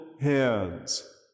hands